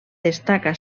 destaca